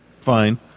Fine